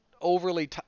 overly